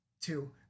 Two